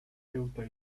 ceuta